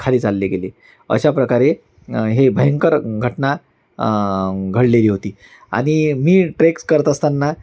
खाली चालले गेले अशाप्रकारे हे भयंकर घटना घडलेली होती आणि मी ट्रेक्स करत असताना